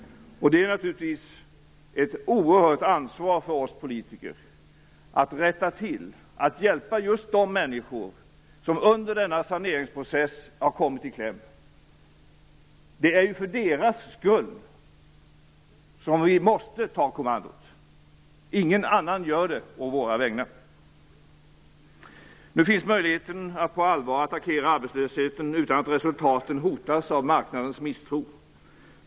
Det är naturligtvis ett oerhört ansvar för oss politiker att rätta till detta, att ge just de människor som under denna saneringsprocess har kommit i kläm. Det är ju för deras skull som vi måste ta kommandot. Ingen annan gör det på våra vägnar. Nu finns möjligheten att på allvar attackera arbetslösheten utan att resultaten hotas av marknadens misstro.